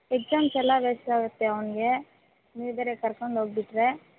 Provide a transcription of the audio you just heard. exams ಎಲ್ಲ waste ಆಗುತ್ತೆ ಅವ್ನಿಗೆ ನೀವು ಬೇರೆ ಕರ್ಕೊಂಡೋಗ್ಬಿಟ್ಟರೆ